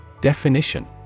Definition